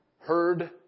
heard